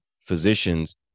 physicians